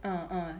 uh uh